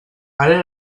ara